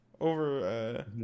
over